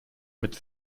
mit